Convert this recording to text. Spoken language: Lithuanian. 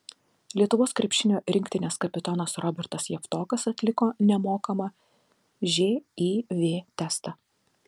lietuvos krepšinio rinktinės kapitonas robertas javtokas atliko nemokamą živ testą